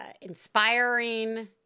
inspiring